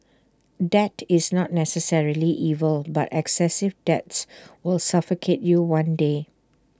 debt is not necessarily evil but excessive debts will suffocate you one day